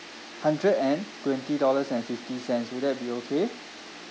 hundred and twenty dollars and fifty cents will that be okay